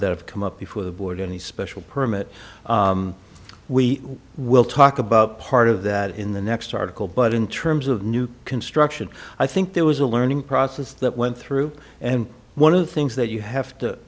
that have come up before the board and the special permit we will talk about part of that in the next article but in terms of new construction i think there was a learning process that went through and one of the things that you have to